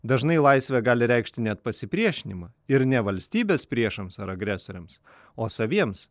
dažnai laisvė gali reikšti net pasipriešinimą ir ne valstybės priešams ar agresoriams o saviems